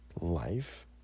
life